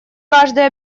каждый